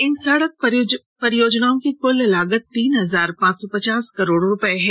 इन सड़क परियोजनाओं की कुल लागत तीन हजार पांच सौ पचास करोड रुपए है